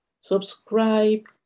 Subscribe